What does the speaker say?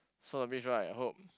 so the beach right I hope